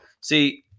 See